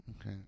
Okay